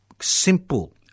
Simple